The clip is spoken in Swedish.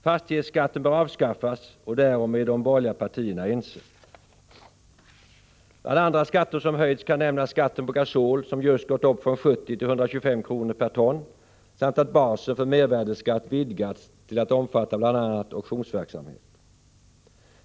Fastighetsskatten bör avskaffas, och därom är de borgerliga partierna ense. Bland andra skatter som höjts kan nämnas skatten på gasol, som just gått upp från 70 till 125 kr. per ton. Vidare har basen för mervärdeskatt vidgats till att omfatta bl.a. auktionsverksamhet.